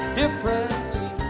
differently